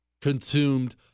consumed